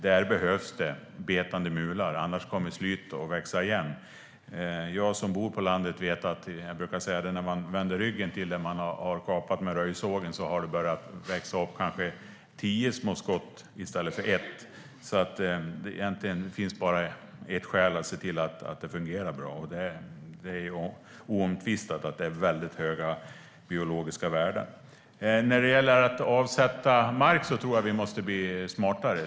Där behövs betande mular, för annars kommer slyet att växa igen. Jag som bor på landet brukar säga att när man vänder ryggen till efter att ha kapat med röjsågen har det börjat växa upp kanske tio små skott i stället för ett. Det finns egentligen bara ett skäl att se till att det fungerar bra. Det är oomtvistat att detta är höga biologiska värden. När det gäller att avsätta mark tror jag att vi måste bli smartare.